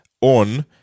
on